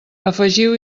afegiu